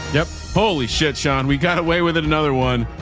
yep. holy shit. shawn. we got away with it. another one,